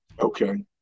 Okay